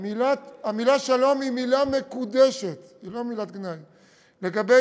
כי המילה "שלום" נהייתה פתאום מילת גנאי,